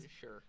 sure